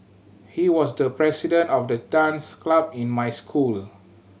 he was the president of the dance club in my school